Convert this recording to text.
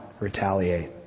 retaliate